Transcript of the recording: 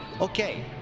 Okay